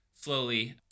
slowly